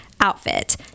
outfit